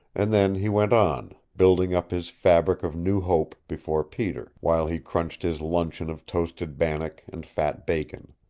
and then he went on, building up his fabric of new hope before peter, while he crunched his luncheon of toasted bannock and fat bacon.